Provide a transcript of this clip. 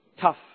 tough